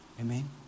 Amen